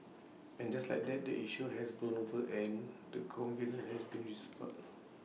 and just like that the issue has blown over and the covenant has been restored